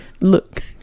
look